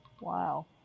Wow